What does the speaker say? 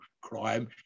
crime